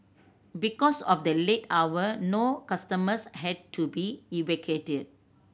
because of the late hour no customers had to be evacuated